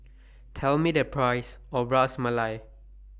Tell Me The Price of Ras Malai